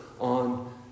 on